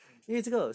!wah! interesting